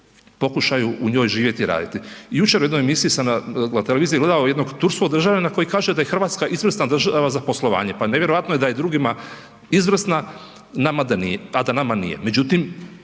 u njoj živjeti i raditi. Jučer u jednoj emisiji sam na televiziji gledao jednog turskog državljanina koji kaže da je RH izvrsna država za poslovanje, pa nevjerojatno je da je drugima izvrsna, nama da nije, a da nama nije. Međutim,